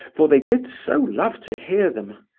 for they did so love to hear them.